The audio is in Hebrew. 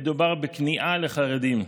מדובר בכניעה לחרדים.